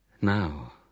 Now